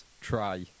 try